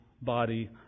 body